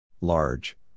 Large